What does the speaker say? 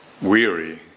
weary